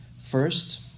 first